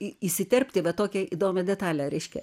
į įsiterpti vat tokią įdomią detalę reiškia